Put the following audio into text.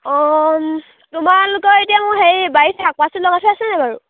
অঁ তোমালোকৰ এতিয়া মোৰ হেৰি বাৰীত শাক পাচলি লগাই থোৱা আছে নাই বাৰু